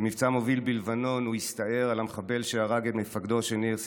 במבצע מוביל בלבנון הוא הסתער על המחבל שהרג את מפקדו של ניר,